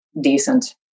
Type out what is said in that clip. decent